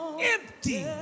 empty